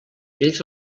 ells